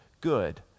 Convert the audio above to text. good